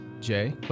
Jay